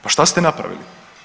Pa šta ste napravili?